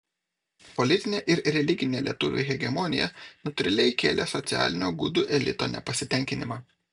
politinė ir religinė lietuvių hegemonija natūraliai kėlė socialinio gudų elito nepasitenkinimą